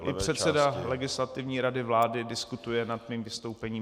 I předseda Legislativní rady vlády diskutuje nad mým vystoupením.